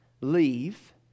leave